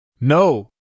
No